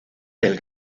del